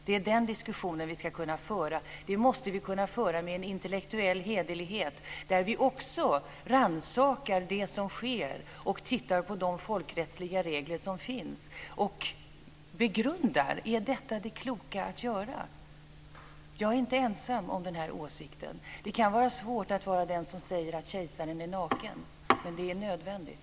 Det är den diskussionen vi ska kunna föra. Den måste vi kunna föra med en intellektuell hederlighet där vi också rannsakar det som sker, tittar på de folkrättsliga regler som finns och begrundar om detta är det kloka att göra. Jag är inte ensam om den här åsikten. Det kan vara svårt att vara den som säger att kejsaren är naken, men det är nödvändigt.